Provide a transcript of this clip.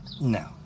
No